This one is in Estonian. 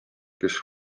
kes